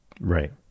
Right